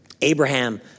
Abraham